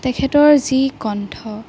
তেখেতৰ যি কণ্ঠ